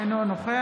אינו נוכח